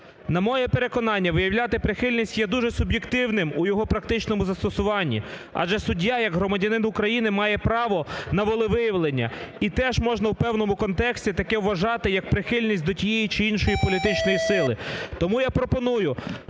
На моє переконання, виявляти прихильність є дуже суб'єктивним у його практичному застосуванні. Адже суддя, як громадянин України, має право на волевиявлення і теж можна у певному контексті таке вважати, як прихильність до тієї чи іншої політичної сили. Тому я пропоную